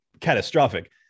catastrophic